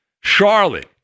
Charlotte